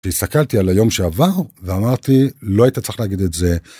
והסתכלתי על היום שעבר, ואמרתי, לא היית צריך להגיד את זה.